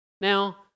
Now